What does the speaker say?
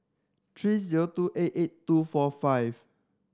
three zero two eight eight two four five